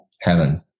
heaven